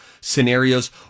scenarios